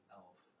elf